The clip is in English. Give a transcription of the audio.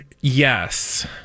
yes